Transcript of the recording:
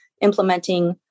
Implementing